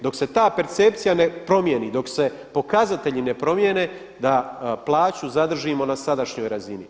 Dok se ta percepcija ne promijeni, dok se pokazatelji ne promijene da plaću zadržimo na sadašnjoj razini.